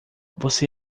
você